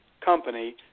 company